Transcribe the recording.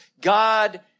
God